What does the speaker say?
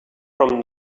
from